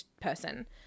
person